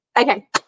Okay